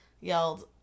yelled